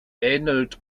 ähnelt